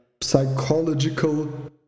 psychological